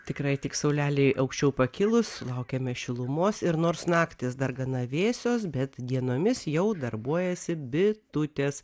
tikrai tik saulelei aukščiau pakilus sulaukiame šilumos ir nors naktys dar gana vėsios bet dienomis jau darbuojasi bitutės